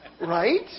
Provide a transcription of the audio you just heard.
Right